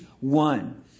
one